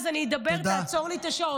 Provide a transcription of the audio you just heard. ואין שר במליאה, אז אני אדבר, תעצור לי את השעון.